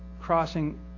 crossing